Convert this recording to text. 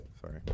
sorry